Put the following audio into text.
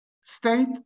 state